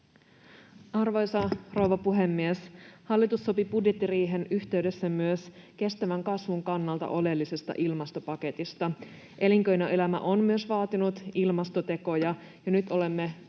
Arvoisa rouva puhemies! Hallitus sopi budjettiriihen yhteydessä myös kestävän kasvun kannalta oleellisesta ilmastopaketista. Myös elinkeinoelämä on vaatinut ilmastotekoja, ja nyt olemme